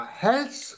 health